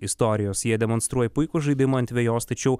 istorijos jie demonstruoja puikų žaidimą ant vejos tačiau